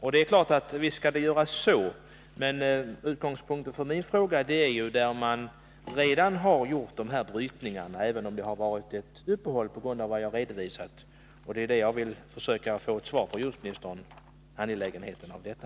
Visst skall sådana hänsyn tas, men utgångspunkten för min fråga är ju områden där man redan genomfört torvbrytning men där uppehåll gjorts av sådana skäl som jag har redovisat. Jag vill få ett svar på min fråga om det angelägna i detta.